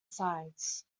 sides